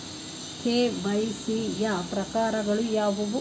KYC ಯ ಪ್ರಕಾರಗಳು ಯಾವುವು?